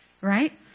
right